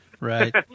Right